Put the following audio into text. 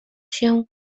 się